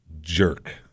jerk